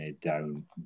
down